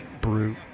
brute